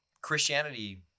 Christianity